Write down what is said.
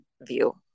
view